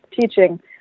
teaching